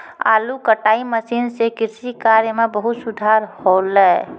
आलू कटाई मसीन सें कृषि कार्य म बहुत सुधार हौले